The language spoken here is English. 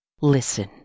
listen